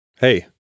hey